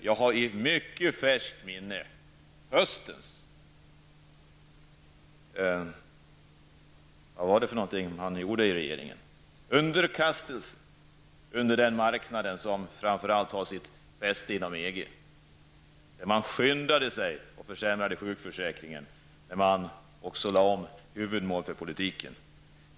Jag har i mycket färskt minne höstens underkastelse under den marknad som framför allt har sitt fäste i EG. Man skyndade sig att försämra sjukförsäkringen, man lade om huvudmål för politiken.